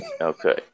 Okay